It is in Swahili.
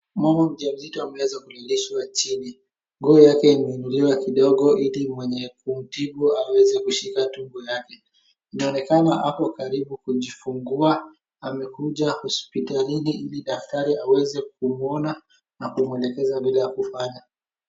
Mama mjamzito ameweza kulishwa chini. Nguo yake imeinuliwa kidogo, ili mwenye kumtibu aweze kushika tumbo lake. Inaonekana ako karibu kujifungia, amekuja hospitalini ili daktari aweze kumuona, na kumwelekeze vile ya kufanya.